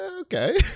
okay